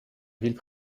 ville